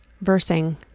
Versing